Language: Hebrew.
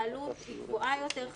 העלות היא גבוהה יותר,